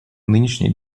нынешнее